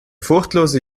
furchtlose